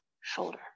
shoulder